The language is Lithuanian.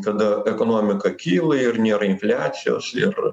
kada ekonomika kyla ir nėra infliacijos ir